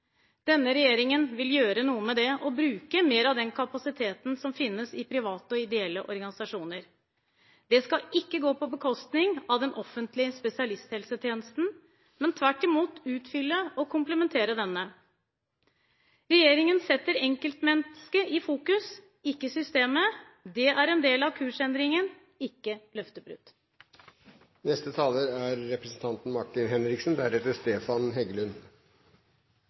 Denne regjeringen vil gjøre noe med det og bruke mer av den kapasiteten som finnes i private og ideelle organisasjoner. Det skal ikke gå på bekostning av den offentlige spesialisthelsetjenesten, men tvert imot utfylle og komplettere denne. Regjeringen setter enkeltmennesket i fokus, ikke systemet. Det er en del av kursendringen, ikke